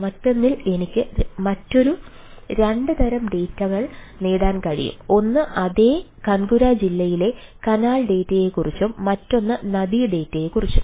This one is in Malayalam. മറ്റൊന്നിൽ എനിക്ക് മറ്റൊരു 2 തരം ഡാറ്റയെക്കുറിച്ചും